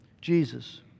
Jesus